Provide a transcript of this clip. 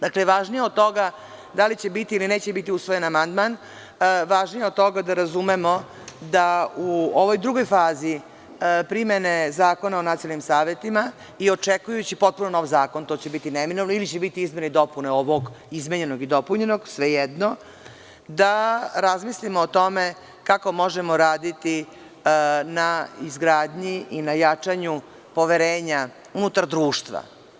Dakle, važnije od toga da li će biti ili neće biti usvojen amandman je da razumemo da u ovoj drugoj fazi primene Zakona o nacionalnim savetima i očekujući potpuno nov zakon, to će biti neminovno ili će biti izmena i dopuna ovog izmenjenog i dopunjenog, svejedno, da razmislimo o tome kako možemo raditi na izgradnji i na jačanju poverenja unutar društva.